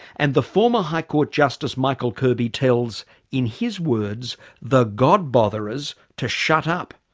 and the former high court justice michael kirby tells in his words the god botherers to shut up,